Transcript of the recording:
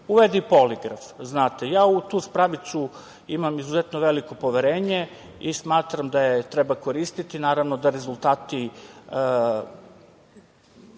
uvede i poligraf. U tu spravicu ja imam izuzetno veliko poverenje i smatram da je treba koristiti. Naravno da rezultati